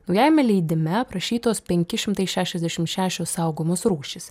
naujajame leidime aprašytos penki šimtai šešiasdešimt šešios saugomos rūšys